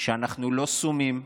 שאנחנו לא סומים,